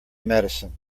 medicine